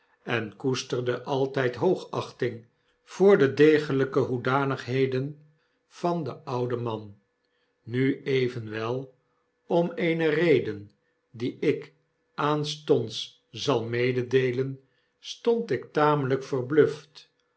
en koesterde altyd hoogachtig voor de degelijke hoedanigheden van den ouden man nu evenwel om eene reden die ik aanstonds zal mededeelen stond ik tamelijk verbluft